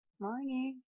Morning